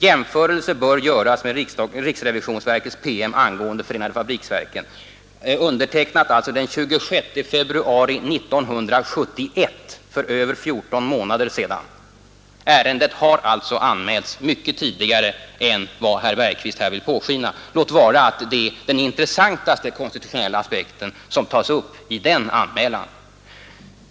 Jämförelse bör göras med riksrevisionsverkets PM ang. förenade fabriksverken.” Detta är alltså undertecknat den 26 februari 1971, för över fjorton månader sedan. Ärendet har alltså anmälts mycket tidigare än vad herr Bergqvist vill låta påskina. Det är dessutom den intressantaste konstitutionella aspekten som tas upp i den anmälan.